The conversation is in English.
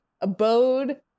abode